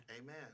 Amen